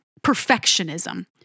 perfectionism